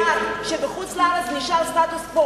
הוא קובע שבחוץ-לארץ נשאר סטטוס-קוו,